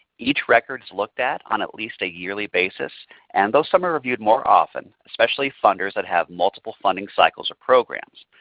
each record is looked at on at least a yearly basis and though some are reviewed more often especially funders that have multiple funding cycles and programs.